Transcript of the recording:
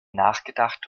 nachgedacht